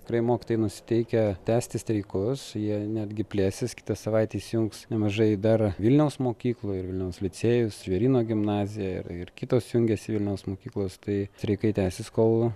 tikrai mokytojai nusiteikę tęsti streikus jie netgi plėsis kitą savaitę įsijungs nemažai dar vilniaus mokyklų ir vilniaus licėjus žvėryno gimnazija ir ir kitos jungiasi vilniaus mokyklos tai streikai tęsis kol